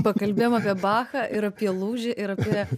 pakalbėjom apie bachą ir apie lūžį ir apie